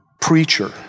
preacher